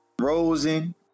Rosen